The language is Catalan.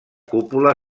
cúpula